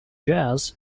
jazz